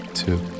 two